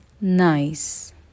nice